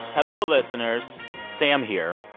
hello, listeners sam here,